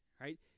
right